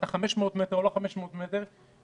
אם הוא 500 מטר או לא 500 מטר מביתו,